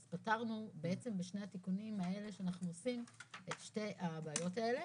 אז פתרנו בעצם בשני התיקונים האלה שאנחנו עושים את שתי הבעיות האלה